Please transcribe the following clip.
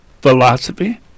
philosophy